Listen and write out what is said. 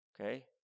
Okay